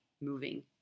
moving